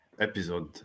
episode